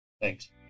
Thanks